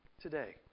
today